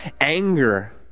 anger